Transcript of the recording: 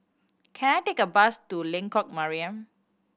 can I take a bus to Lengkok Mariam